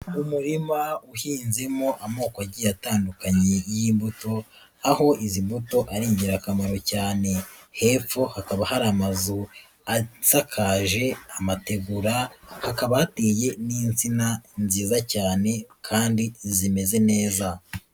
Umurima uhinzemo amoko agiye atandukanye y'imbuto, aho izi moto ari ingirakamaro cyane, hepfo hakaba hari amazu atakaje amategura, hakaba hateyeye n'insina nziza cyane kandi zimeze neza.